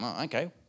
okay